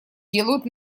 делают